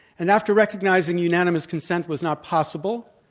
and after recognizing unanimous consent was not possible,